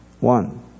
One